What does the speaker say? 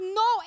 no